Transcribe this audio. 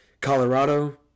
Colorado